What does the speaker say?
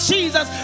Jesus